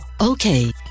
Okay